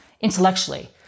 intellectually